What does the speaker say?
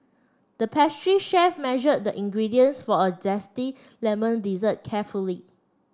the pastry chef measured the ingredients for a zesty lemon dessert carefully